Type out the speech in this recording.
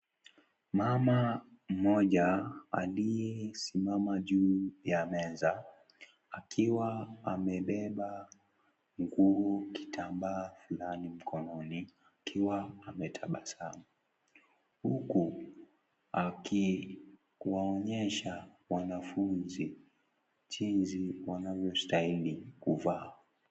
Mama mmoja aliyesimama juu ya meza akiwa amebeba nguo kitambaa flani mkononi akiwa ametabasamu huku akiwaonyesha wanafunzi jinsi wanavyostahili kuvaa.